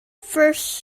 first